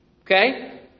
Okay